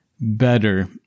better